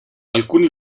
alcuni